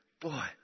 boy